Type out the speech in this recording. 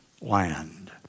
land